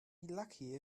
lucky